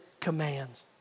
commands